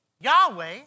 Yahweh